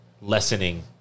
lessening